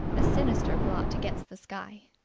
a sinister blot against the sky.